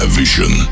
vision